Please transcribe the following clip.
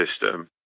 system